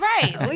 Right